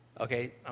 Okay